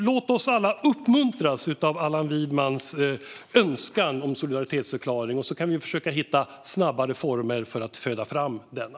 Låt oss alla uppmuntras av Allan Widmans önskan om solidaritetsförklaring och försöka hitta snabbare former för att föda fram denna.